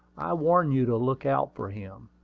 i warn you to look out for him.